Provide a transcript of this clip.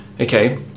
Okay